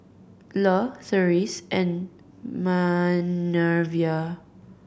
Le Therese and Manervia